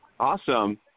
Awesome